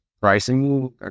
pricing